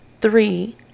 Three